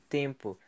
tempo